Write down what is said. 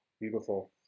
beautiful